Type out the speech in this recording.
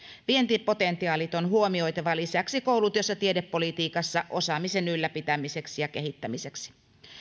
vientipotentiaalit on huomioitava lisäksi koulutus ja tiedepolitiikassa osaamisen ylläpitämiseksi ja kehittämiseksi